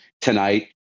tonight